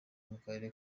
mukarere